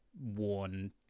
worn